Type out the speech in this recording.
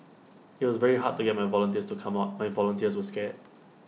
IT was very hard to get my volunteers to come out my volunteers were scared